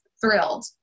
thrilled